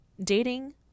Dating